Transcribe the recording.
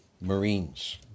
marines